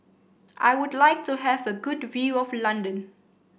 I would like to have a good view of London